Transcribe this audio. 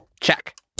Check